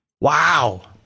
Wow